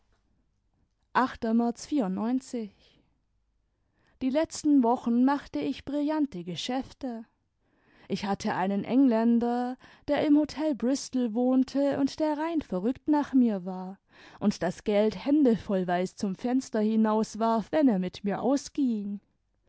die letzten wochen machte ich brillante geschäfte ich hatte einen engländer der im hotel bristol wohnte und der rein verrückt nach mir war und das geld händevouweis zum fenster hinauswarf wenn er mit mir ausging